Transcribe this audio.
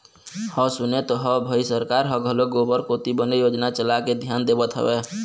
हव सुने तो हव भई सरकार ह घलोक गोबर कोती बने योजना चलाके धियान देवत हवय